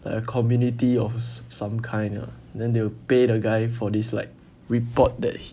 like a community of some kind ah then they will pay the guy for this like report that h~